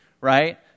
right